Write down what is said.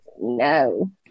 no